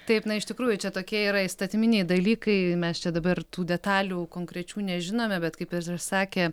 taip na iš tikrųjų čia tokie yra įstatyminiai dalykai mes čia dabar tų detalių konkrečių nežinome bet kaip ir sakė